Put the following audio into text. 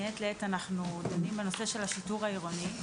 מעת לעת אנחנו דנים בנושא של השיטור העירוני.